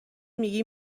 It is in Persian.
میگی